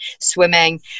swimming